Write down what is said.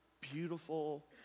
Beautiful